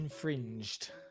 infringed